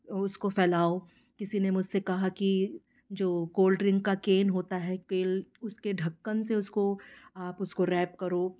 उसको फैलाओ किसी ने मुझसे कहा कि जो कोल्ड ड्रिंक का केन होता है उसके ढक्कन से उसको आप उसको रेप करो